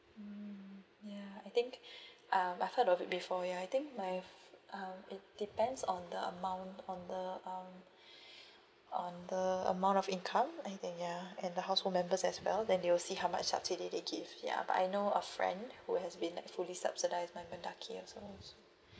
mm ya I think um I heard of it before ya I think my um it depends on the amount on the um on the amount of income I think ya and the household members as well then they will see how much subsidy they give ya but I know a friend who has been like fully subsidized by mendaki also